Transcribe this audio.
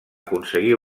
aconseguir